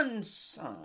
son